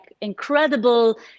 incredible